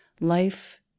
Life